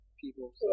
people